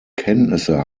kenntnisse